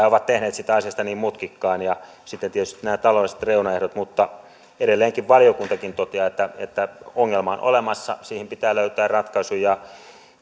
ovat tehneet siitä asiasta niin mutkikkaan ja sitten tietysti nämä taloudelliset reunaehdot mutta edelleenkin valiokuntakin toteaa että että ongelma on olemassa siihen pitää löytää ratkaisu